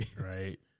right